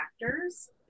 factors